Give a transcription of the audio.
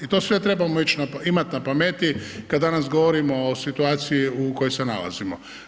I to sve trebamo imati na pameti kad danas govorimo o situaciji u kojoj se nalazimo.